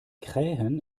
krähen